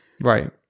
Right